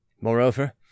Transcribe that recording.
Moreover